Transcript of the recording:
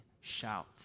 shout